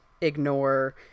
ignore